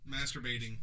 masturbating